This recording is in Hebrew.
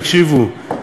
תקשיבו,